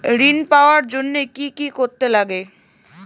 ঋণ পাওয়ার জন্য কি কি করতে লাগে?